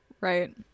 Right